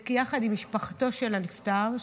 יחד עם משפחתו של הנפטר,